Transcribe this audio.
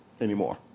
anymore